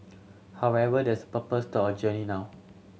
however there's a purpose to our journey now